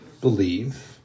believe